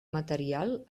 material